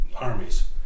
armies